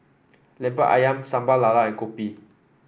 lemper ayam Sambal Lala and kopi